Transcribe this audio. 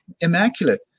immaculate